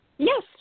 Yes